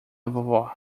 vovó